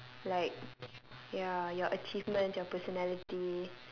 like ya your achievements your personality